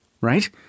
right